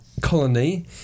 colony